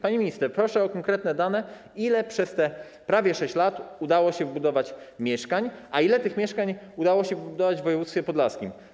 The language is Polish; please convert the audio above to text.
Pani minister, proszę o konkretne dane, ile przez te prawie 6 lat udało się wybudować mieszkań, a ile tych mieszkań udało się wybudować w województwie podlaskim?